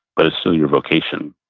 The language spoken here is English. but it's still your vocation.